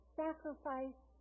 sacrifice